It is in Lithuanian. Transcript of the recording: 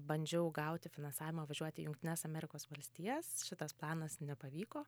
bandžiau gauti finansavimą važiuoti į jungtines amerikos valstijas šitas planas nepavyko